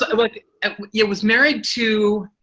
like and yeah was married to.